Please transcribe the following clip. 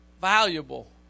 valuable